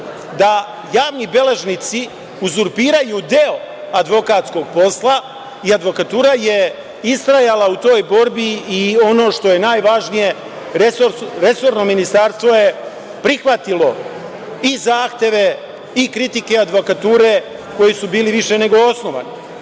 da javni beležnici uzurpiraju deo advokatskog posla i advokatura je istrajala u toj borbi. Ono što je najvažnije, resorno ministarstvo je prihvatilo i zahteve i kritike advokature, koji su bili više nego osnovani. Prema